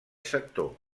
sector